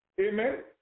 Amen